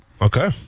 Okay